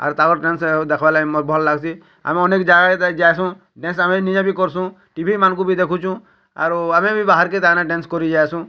ଆର୍ ତା ମାନେ ଡ୍ୟାନ୍ସର୍ ଦେଖ୍ବା ଲାଗି ମତେ ଭଲ ଲାଗ୍ସି ଆମେ ଅନେକ୍ ଯାଏ ଯାଇସୁଁ ଡ୍ୟାନ୍ସ ଆମେ ନିଜେ କର୍ସୁଁ ଟିଭିମାନଙ୍କୁ ଦେଖିଚୁଁ ଆରୁ ଆମେ ବାହାର୍କେ ତାନେ ଡ୍ୟାନ୍ସ କରି ଆସୁଁ